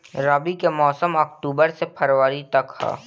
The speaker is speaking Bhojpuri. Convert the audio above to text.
रबी के मौसम अक्टूबर से फ़रवरी तक ह